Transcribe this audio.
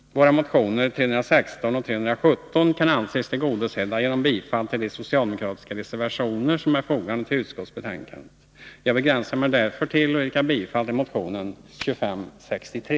Våra motioner 316 och 317 kan anses tillgodosedda genom de socialdemokratiska reservationer som är fogade till utskottsbetänkandet. Jag nöjer mig därför med att yrka bifall till vår motion 2563.